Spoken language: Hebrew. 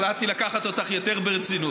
החלטתי לקחת אותך יותר ברצינות.